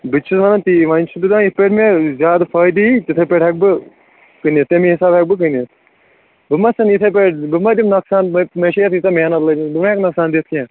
بہٕ تہِ چُھس ونان تِی وۄنۍ چُھس بہٕ ونان یتھ پٲٹھۍ مےٚ زیادٕ فٲدٕ یی تتھٕے پٲٹھۍ ہیٚکہٕ بہٕ کٕنِتھ تمی حسابہٕ ہیٚکہٕ بہٕ کٕنِتھ بہٕ مہ ژھنہٕ یِتھٕے پٲٹھۍ بہٕ مہ دِمہٕ ۄقصان مےٚ چھےٚ یتھ ییٖژاہ محنت لٔج مٕژ بہٕ مہ ہیٚکہٕ نۄقصان دِتھ کینہہ